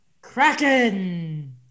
Kraken